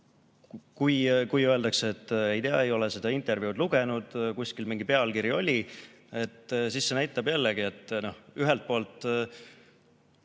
Kui öeldakse, et ei tea, ei ole seda intervjuud lugenud, kuskil mingi pealkiri oli, siis see näitab jällegi, et ühelt poolt